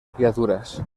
criaturas